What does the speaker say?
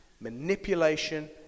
manipulation